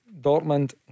Dortmund